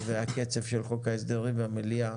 והקצב של חוק ההסדרים והמליאה